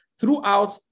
Throughout